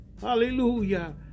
hallelujah